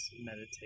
meditate